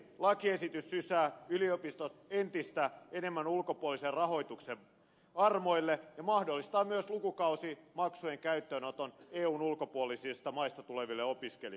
lisäksi lakiesitys sysää yliopistot entistä enemmän ulkopuolisen rahoituksen armoille ja mahdollistaa myös lukukausimaksujen käyttöönoton eun ulkopuolisista maista tuleville opiskelijoille